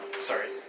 Sorry